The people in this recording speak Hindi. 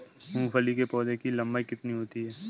मूंगफली के पौधे की लंबाई कितनी होती है?